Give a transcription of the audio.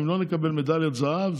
אם לא נקבל מדליית זהב,